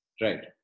Right